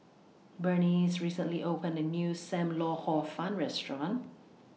Burnice recently opened A New SAM Lau Hor Fun Restaurant